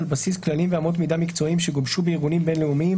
על בסיס כללים ואמות מידה מקצועיים שגובשו בארגונים בין־לאומיים,